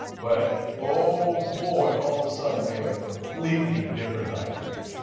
but oh boy, all of a sudden we have a completely different dynamic.